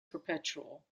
perpetual